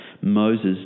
Moses